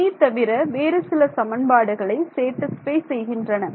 c தவிர வேறு சில சமன்பாடுகளை சேட்டிஸ்ஃபை செய்கின்றன